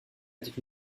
était